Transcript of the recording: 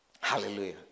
hallelujah